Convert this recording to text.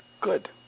Good